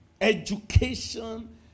education